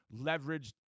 leveraged